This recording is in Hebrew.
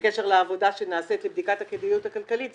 בקשר לעבודה שנעשית לבדיקת הכדאיות הכלכלית,